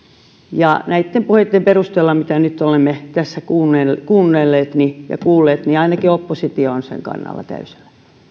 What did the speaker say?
näitten puheitten perusteella mitä nyt olemme tässä kuunnelleet kuunnelleet ja kuulleet ainakin oppositio on sen kannalla täysillä